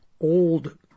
old